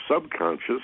subconscious